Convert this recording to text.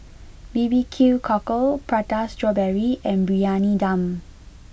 B B Q Cockle Prata Strawberry and Briyani Dum